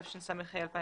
התשס"ה 2005,